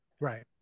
right